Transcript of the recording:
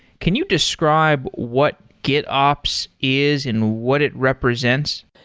can you describe what gitops is and what it represents?